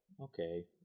okay